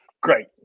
Great